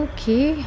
Okay